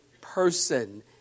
person